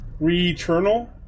Returnal